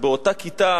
ובאותה כיתה